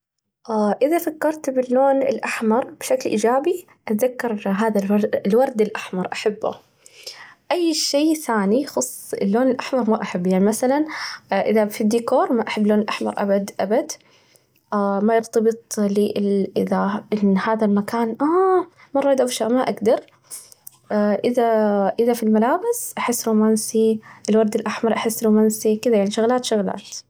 إذا فكرت باللون الأحمر بشكل إيجابي، أتذكر هذا الور الورد الأحمر أحبه، أي شي ثاني يخص اللون الأحمر ما أحب، يعني مثلاً إذا في الديكور ما أحب لون الأحمر أبد أبد، ما يرتبط لي ال إذا إن هذا المكان، مرة دوشة ما أجدر ، إذا في الملابس أحس رومانسي، الورد الأحمر أحس رومانسي ،كده يعني شغلات شغلات.